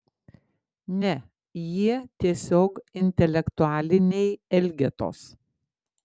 ne jie tiesiog intelektualiniai elgetos